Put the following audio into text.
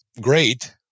great